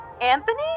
Anthony